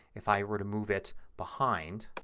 if i were to move it behind